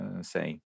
say